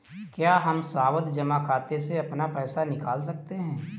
क्या हम सावधि जमा खाते से अपना पैसा निकाल सकते हैं?